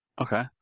Okay